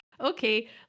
okay